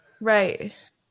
Right